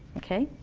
okay?